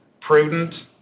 prudent